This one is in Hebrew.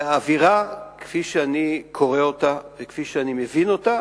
והאווירה, כפי שאני קורא אותה וכפי שאני מבין אותה